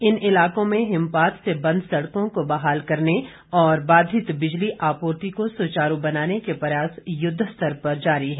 इन इलाकों में हिमपात से बंद सड़कों को बहाल करने और बाधित बिजली आपूर्ति को सुचारू बनाने के प्रयास युद्ध जारी है